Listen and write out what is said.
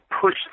push